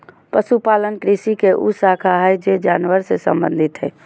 पशुपालन कृषि के उ शाखा हइ जे जानवर से संबंधित हइ